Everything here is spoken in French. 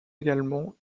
également